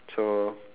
so